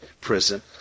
prison